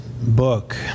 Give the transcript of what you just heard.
Book